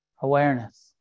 Awareness